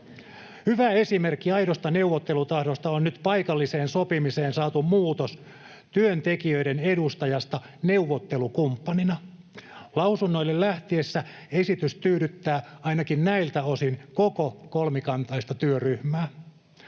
Hyvä esimerkki aidosta neuvottelutahdosta on nyt paikalliseen sopimiseen saatu muutos työntekijöiden edustajasta neuvottelukumppanina. Lausunnoille lähtiessään esitys tyydyttää ainakin näiltä osin koko kolmikantaista työryhmää.